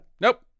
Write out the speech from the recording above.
Nope